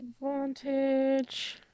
advantage